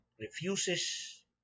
refuses